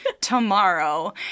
tomorrow